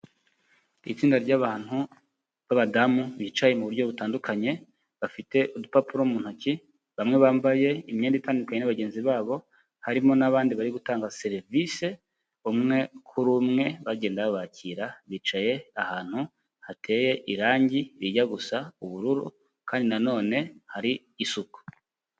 Itsinda ry'abantu b'abadamu bicaye muburyo butandukanye bafite udupapuro mu ntoki bamwe bambaye imyenda itandukanye n'iya bagenzi babo harimo n'abandi bari gutanga serivise umwe kuri umwe bagenda babakira, bicaye ahantu hateye irangi rijya gusa ubururu kandi na none hari isuku.